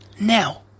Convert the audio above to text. Now